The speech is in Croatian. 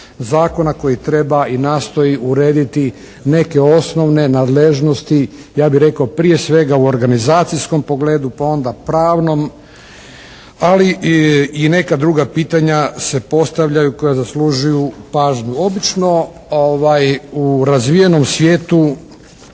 zakonu koji treba i nastoji urediti neke osnovne nadležnosti, ja bih rekao prije svega u organizacijskom pogledu pa onda pravnom ali i neka druga pitanja se postavljaju koja zaslužuju pažnju. Obično u razvijenom svijetu